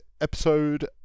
episode